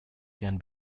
can